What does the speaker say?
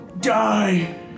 die